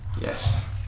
yes